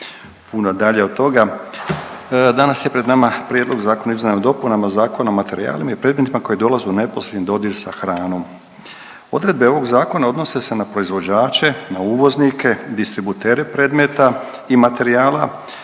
puno dalje od toga. Danas je pred nama Prijedlog Zakona o izmjenama i dopunama Zakona o materijalima i predmetima koji dolaze u neposredan dodir s hranom. Odredbe ovog zakona odnose se na proizvođače, na uvoznike, distributere predmeta i materijala